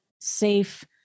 safe